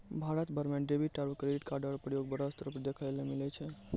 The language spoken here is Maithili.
भारत भर म डेबिट आरू क्रेडिट कार्डो र प्रयोग बड़ो स्तर पर देखय ल मिलै छै